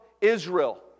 Israel